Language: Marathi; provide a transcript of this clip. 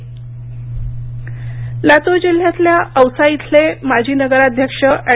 निधन लातूर जिल्ह्यातल्या औसा इथले माजी नगराध्यक्ष अँड